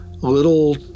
little